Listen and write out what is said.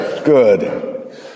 good